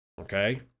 Okay